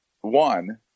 One